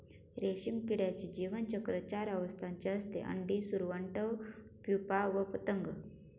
रेशीम किड्याचे जीवनचक्र चार अवस्थांचे असते, अंडी, सुरवंट, प्युपा व पतंग